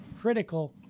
critical